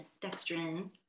dextrin